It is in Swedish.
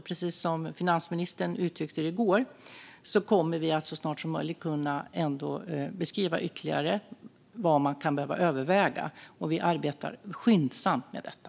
Precis som finansministern uttryckte i går kommer vi så snart som möjligt att beskriva ytterligare vad som kan behöva övervägas. Vi arbetar skyndsamt med detta.